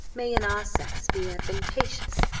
may in our sex be advantageous?